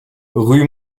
rue